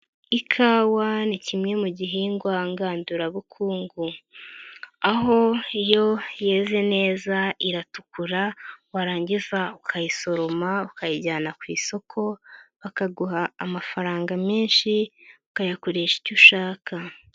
Ikawa ni kimwe mu gihingwa ngandurabukungu, aho iyo yeze neza iratukura warangiza ukayisoroma ukayijyana ku isoko, bakaguha amafaranga menshi, ukayakoresha icyo ushaka.